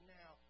now